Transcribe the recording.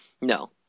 no